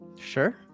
sure